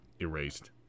Erased